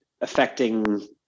affecting